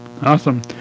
Awesome